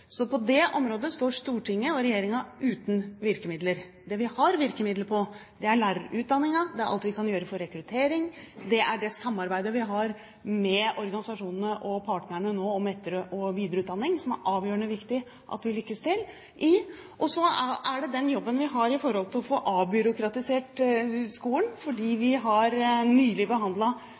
På det området står Stortinget og regjeringen uten virkemidler. Det vi har virkemidler for, er lærerutdanningen og alt vi kan gjøre for rekrutteringen – det er avgjørende viktig at vi lykkes med det samarbeidet vi har med organisasjonene og partene om etter- og videreutdanning – og så er det den jobben vi har i forhold til å få avbyråkratisert skolen. Vi har nylig